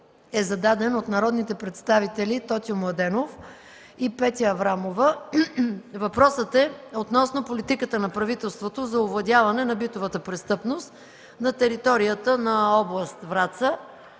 е зададен от народните представители Тотю Младенов и Петя Аврамов. Въпросът е относно политиката на правителството за овладяване на битовата престъпност на територията на област Враца.